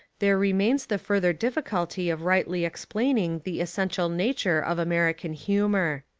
there remains the further difficulty of rightly explaining the essential nature of american hu mour.